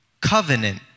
Covenant